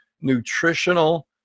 Nutritional